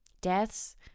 deaths